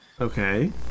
Okay